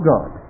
God